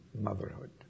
motherhood